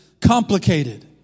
complicated